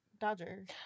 Dodgers